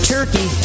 Turkey